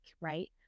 right